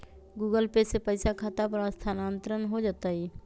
Google Pay से पईसा खाता पर स्थानानंतर हो जतई?